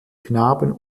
knaben